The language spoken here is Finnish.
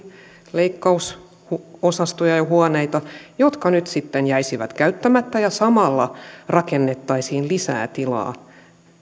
leikkausosastoja ja huoneita jotka nyt sitten jäisivät käyttämättä ja samalla rakennettaisiin lisää tilaa